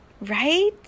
right